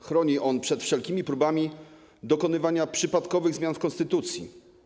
Chroni on przed wszelkimi próbami dokonywania przypadkowych zmian w konstytucji.